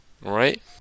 right